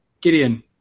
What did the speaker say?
Gideon